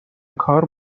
کار